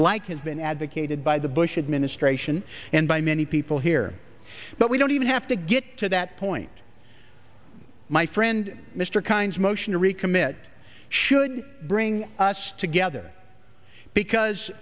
like it's been advocated by the bush administration and by many people here but we don't even have to get to that point my friend mr kinds motion to recommit should bring us together because